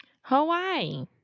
Hawaii